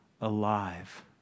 alive